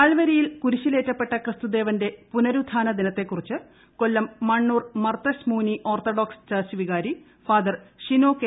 കാൽവരിയിൽ കുരിശിലേറ്റപ്പെട്ട ക്രിസ്തുദേവന്റെ പുനരുത്ഥാന ദിനത്തെക്കുറിച്ച് കൊല്ലം മണ്ണൂർ മർത്തശ് മൂനി ഓർത്തഡോക്സ് ചർച്ച് വികാരി ഫാദർ ഷിനോ കെ